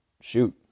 Shoot